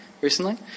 Recently